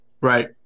Right